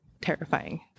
terrifying